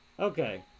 Okay